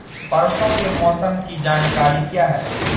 परसों के मौसम की जानकारी क्या है?